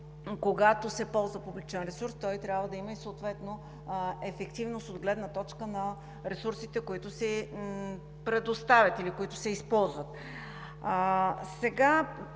когато се ползва публичен ресурс, той трябва да има и съответно ефективност от гледна точка на ресурсите, които се предоставят или се използват. Сега